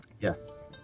Yes